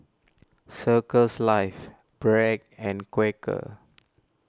Circles Life Bragg and Quaker